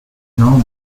now